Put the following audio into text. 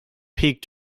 peak